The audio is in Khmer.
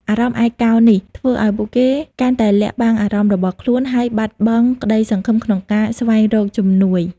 អារម្មណ៍ឯកោនេះ ធ្វើឱ្យពួកគេកាន់តែលាក់បាំងបញ្ហារបស់ខ្លួន ហើយបាត់បង់ក្តីសង្ឃឹមក្នុងការស្វែងរកជំនួយ។